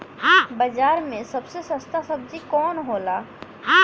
बाजार मे सबसे सस्ता सबजी कौन होला?